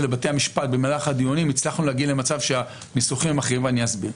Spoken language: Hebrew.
לבתי המשפט במהלך הדיונים הצלחנו להגיע למצב שהניסוחים הם אחרים,